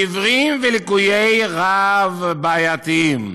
עיוורים ולקויי ראייה רב-בעייתיים.